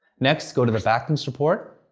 next, go to the backlinks report.